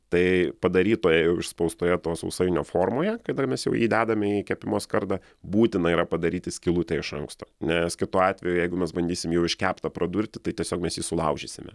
tai padarytoje jau išspaustoje to sausainio formoje kada mes jau jį dedame į kepimo skardą būtina yra padaryti skylutę iš anksto nes kitu atveju jeigu mes bandysim jau iškeptą pradurti tai tiesiog mes jį sulaužysime